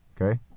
okay